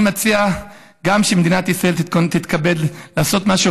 אני מציע שמדינת ישראל תתכבד לעשות משהו,